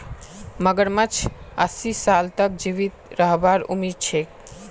मगरमच्छक अस्सी साल तक जीवित रहबार उम्मीद छेक